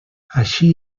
així